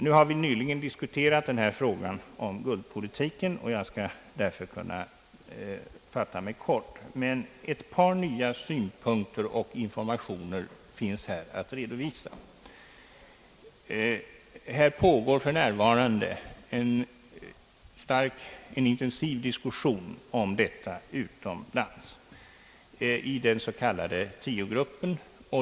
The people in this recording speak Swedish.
Nu har vi nyligen diskuterat denna fråga om guldpolitiken, och jag skall därför kunna fatta mig kort, men ett par nya synpunkter och informationer finns här att redovisa. Det pågår för närvarande en intensiv diskussion om detta utomlands i den s.k. tiogruppen.